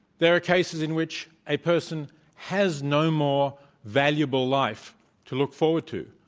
there are cases in which a person has no more valuable life to look forward to,